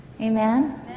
Amen